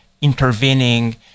intervening